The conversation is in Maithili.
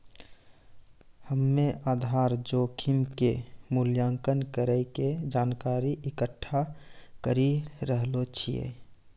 हम्मेआधार जोखिम के मूल्यांकन करै के जानकारी इकट्ठा करी रहलो छिऐ